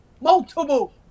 Multiple